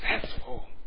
successful